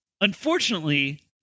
Unfortunately